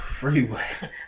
Freeway